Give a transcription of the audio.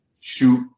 shoot